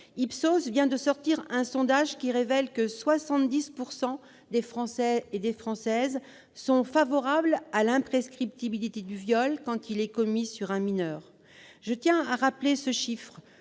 en effet de publier un sondage, qui révèle que 70 % des Françaises et des Français sont favorables à l'imprescriptibilité du viol, quand il est commis sur un mineur. Je tiens aussi à rappeler un chiffre